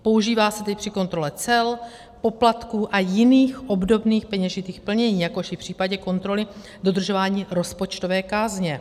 Používá se tedy při kontrole cel, poplatků a jiných obdobných peněžitých plnění, jakož i v případě kontroly dodržování rozpočtové kázně.